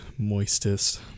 moistest